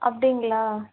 அப்படிங்களா